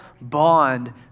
bond